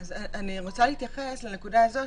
אני רוצה להתייחס לנקודה הזאת,